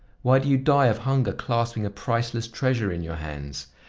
why do you die of hunger clasping a priceless treasure in your hands?